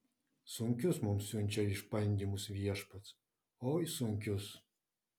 sunkius mums siunčia išbandymus viešpats oi sunkius